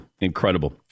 Incredible